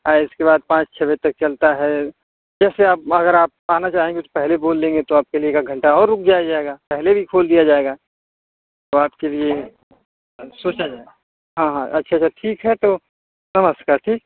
और इसके बाद पाँच छ बजे तक चलता है जैसे आप अगर आप आना चाहेंगे तो पहले बोल देंगे तो आपके लिए एक आध घंटा और रुक जाया जाएगा पहले भी खोल दिया जाएगा और आपके लिए सोचा जाए हाँ हाँ अच्छा अच्छा ठीक है तो नमस्कार ठीक